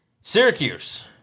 Syracuse